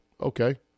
okay